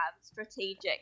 strategic